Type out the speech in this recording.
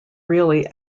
really